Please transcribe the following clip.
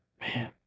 man